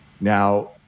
Now